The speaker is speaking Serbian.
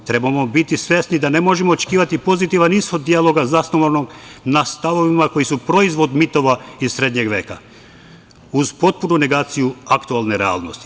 Treba da budemo svesni da ne možemo očekivati pozitivan ishod dijaloga zasnovanog na stavovima koji su proizvod mitova iz srednjeg veka, uz potpunu negaciju aktuelne realnosti.